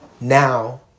now